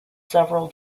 several